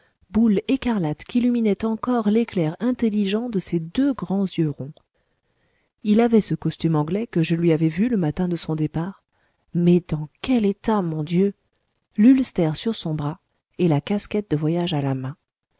boule écarlate qu'illuminait encore l'éclair intelligent de ses deux grands yeux ronds il avait ce costume anglais que je lui avais vu le matin de son départ mais dans quel état mon dieu l'ulster sur son bras et la casquette de voyage à la main